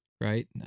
Right